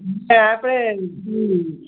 એ આપણે હંમ